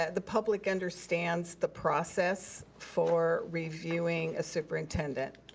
ah the public understands the process for reviewing a superintendent.